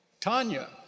Tanya